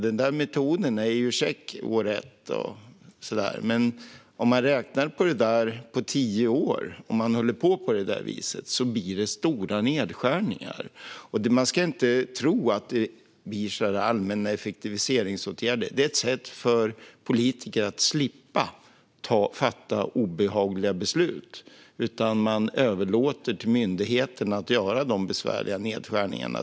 Den metoden är ju käck år ett, men om man räknar på det på tio år ser man att om man håller på så där blir det stora nedskärningar. Man ska inte tro att det är en allmän effektiviseringsåtgärd. Det är ett sätt för politiker att slippa fatta obehagliga beslut och överlåta åt myndigheterna att göra de besvärliga nedskärningarna.